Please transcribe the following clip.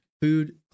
food